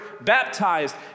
baptized